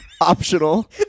Optional